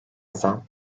zam